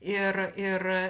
ir ir